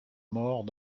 mort